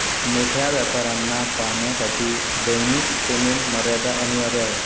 मोठ्या व्यापाऱ्यांना पाहण्यासाठी दैनिक पेमेंट मर्यादा अनिवार्य आहे